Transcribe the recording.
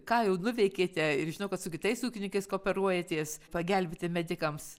ką jau nuveikėte ir žinau kad su kitais ūkininkais kooperuojatės pagelbėti medikams